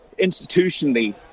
institutionally